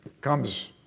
comes